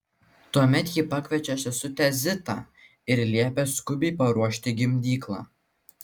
tuomet ji pakviečia sesutę zitą ir liepia skubiai paruošti gimdyklą